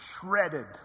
Shredded